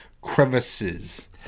crevices